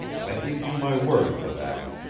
i give you my word for that.